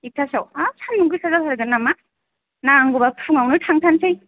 एकथासोयाव हाब सान्दुं गोसा जाथारगोन नामा नांगौ बा फुङावनो थांथारनोसै